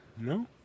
No